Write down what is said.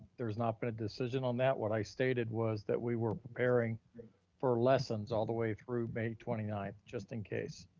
there's not been a decision on that. what i stated was that we were preparing for lessons all the way through may twenty ninth, just in case.